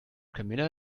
camilla